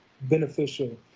beneficial